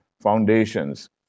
foundations